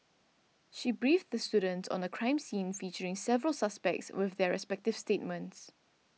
she briefed the students on a crime scene featuring several suspects with their respective statements